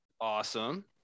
Awesome